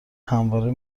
همواره